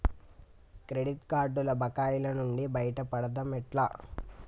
Credit కార్డుల బకాయిల నుండి బయటపడటం ఎట్లా?